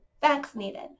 vaccinated